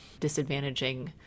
disadvantaging